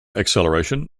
acceleration